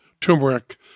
turmeric